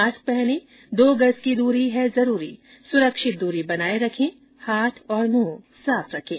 mask पहनें दो गज की दूरी है जरूरी सुरक्षित दूरी बनाए रखें हाथ और मुंह साफ रखें